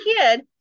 kid